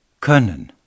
können